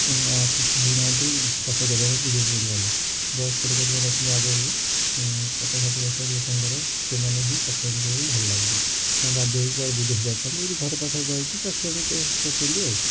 ଆକୃଷ୍ଟ ହଉନାହାଁନ୍ତି ଚାଷ କରିବା ପାଇଁ ଯୁବପିଢ଼ିମାନେ ବୟସ୍କ ଲୋକ ଯୋଉମାନେ ଅଛନ୍ତି ଆଗରୁ ପଚାଶ ଷାଠିଏ ବର୍ଷ ଲୋକଙ୍କର ସେମାନେ ହିଁ ଚାଷ ଜମି କରିବା ପାଇଁ ଭଲ ଲାଗୁଛି ସେମାନେ ବାଧ୍ୟ ହେଇକି କୁଆଡ଼େ ବିଦେଶୀ ଏଠି ଘର ପାଖରେ ରହିକି ଚାଷ ଜମି କରୁଛନ୍ତି ଆଉ